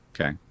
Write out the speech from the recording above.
Okay